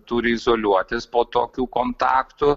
turi izoliuotis po tokių kontaktų